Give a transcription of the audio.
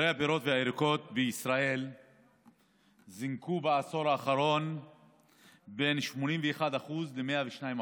מחירי הפירות והירקות בישראל זינקו בעשור האחרון בין 81% ל-102%.